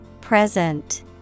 Present